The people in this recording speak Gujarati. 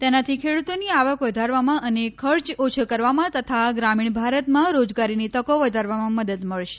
તેનાથી ખેડુતોની આવક વધારવામાં અને ખર્ચ ઓછો કરવામાં તથા ગ્રામીણ ભારતમાં રોજગારીની તકો વધારવામાં મદદ મળશે